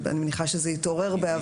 אני מניחה שזה התעורר בעבר.